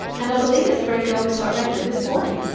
and i believe it's the very girl we saw at redmond this morning.